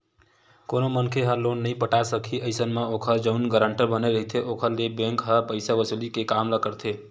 कोनो मनखे ह लोन नइ पटाय सकही अइसन म ओखर जउन गारंटर बने रहिथे ओखर ले बेंक ह पइसा वसूली के काम ल करथे